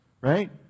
right